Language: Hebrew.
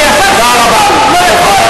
כי השר שמחון לא יכול,